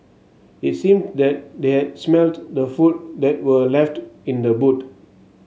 it seemed that they had smelt the food that were left in the boot